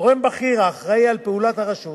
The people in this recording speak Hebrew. גורם בכיר האחראי על פעולת הרשות